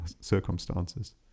circumstances